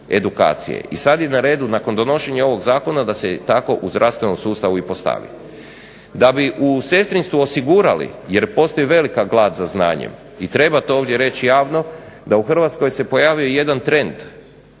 I sad je na redu, nakon donošenja ovog zakona, da se tako u zdravstvenom sustavu i postavi. Da bi u sestrinstvu osigurali, jer postoji velika glad za znanjem, i treba to ovdje reći javno, da u Hrvatskoj se pojavljuje jedan trend